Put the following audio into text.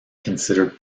considered